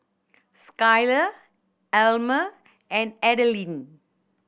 Skyler Almer and Adalynn